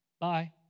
Bye